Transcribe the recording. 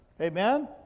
Amen